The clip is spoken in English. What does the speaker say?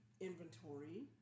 inventory